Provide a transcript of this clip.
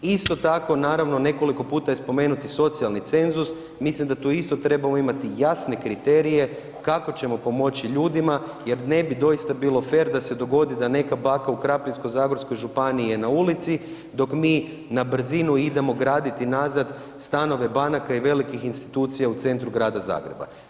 Isto tako, naravno, nekoliko puta je spomenuti socijalni cenzus, mislim da tu isto trebamo imati jasne kriterije kako ćemo pomoći ljudima jer ne bi doista bilo fer da se dogodi da neka baka u Krapinsko-zagorskoj županiji je na ulici, dok mi na brzinu idemo graditi nazad stanove banaka i velikih institucija u centru grada Zagreba.